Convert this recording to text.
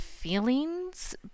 feelings